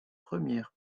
premières